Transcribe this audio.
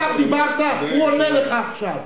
אתה דיברת, הוא עונה לך עכשיו.